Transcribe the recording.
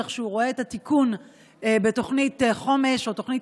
איך שהוא רואה את התיקון בתוכנית חומש או בתוכנית